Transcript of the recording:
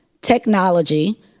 technology